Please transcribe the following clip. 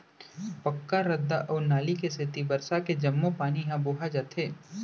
पक्का रद्दा अउ नाली के सेती बरसा के जम्मो पानी ह बोहा जाथे